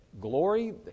glory